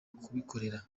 kubikorera